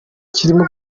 ikirimo